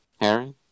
Harry